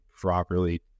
properly